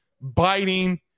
biting